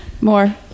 more